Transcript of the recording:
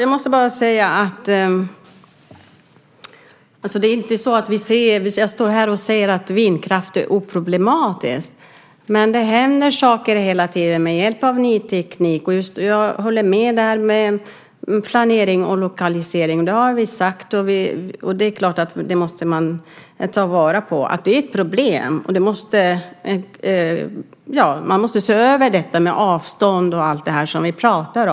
Herr talman! Jag står inte här och säger att det är oproblematiskt med vindkraft. Men det händer saker hela tiden med hjälp av ny teknik. Och jag håller med om det som sägs om planering och lokalisering. Det är ett problem, och man måste se över frågan om avstånd och så vidare.